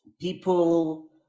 people